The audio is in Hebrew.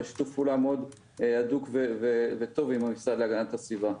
בשיתוף פעולה מאוד הדוק וטוב עם המשרד להגנת הסביבה.